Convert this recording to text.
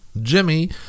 Jimmy